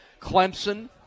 clemson